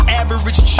average